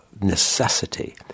necessity